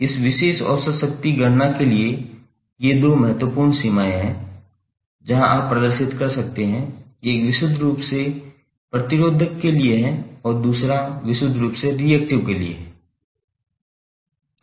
इस विशेष औसत शक्ति गणना के लिए ये दो महत्वपूर्ण सीमाएं हैं जहां आप प्रदर्शित कर सकते हैं कि एक विशुद्ध रूप से प्रतिरोधक के लिए है और दूसरा विशुद्ध रूप से रिएक्टिव के लिए है